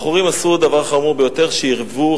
בחורים עשו דבר חמור ביותר שעירבו,